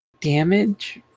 damage